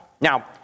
Now